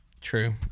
True